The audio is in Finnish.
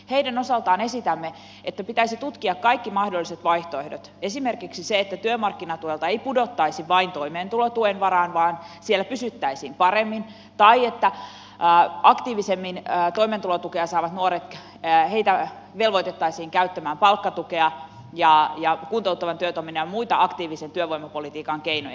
heidän osaltaan esitämme että pitäisi tutkia kaikki mahdolliset vaihtoehdot esimerkiksi se että työmarkkinatuelta ei pudottaisi vain toimeentulotuen varaan vaan siellä pysyttäisiin paremmin tai että toimeentulotukea saavia nuoria velvoitettaisiin aktiivisemmin käyttämään palkkatukea ja kuntouttavan työtoiminnan muita aktiivisen työvoimapolitiikan keinoja